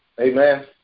Amen